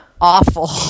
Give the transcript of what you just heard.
Awful